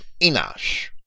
Enosh